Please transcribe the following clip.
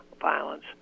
violence